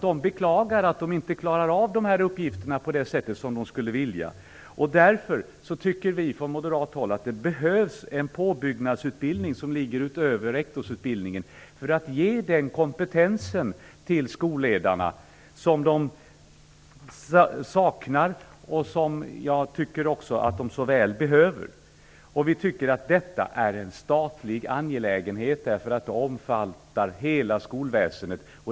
De beklagar att de inte klarar av dessa uppgifter på det sätt som de skulle önska. Därför tycker vi från moderat håll att det behövs en påbyggnadsutbildning utöver rektorsutbildningen för att ge den kompetens till skolledarna som de saknar och som de så väl behöver. Detta är då en statlig angelägenhet, eftersom den omfattar hela skolväsendet.